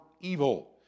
evil